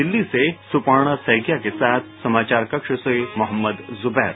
दिल्ली से सुपर्णा सैकिया के साथ समाचार कक्ष से मोहम्मद जुबैर